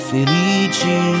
Felici